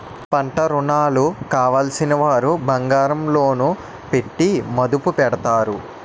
పంటరుణాలు కావలసినవారు బంగారం లోను పెట్టి మదుపు పెడతారు